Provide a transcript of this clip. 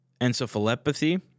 encephalopathy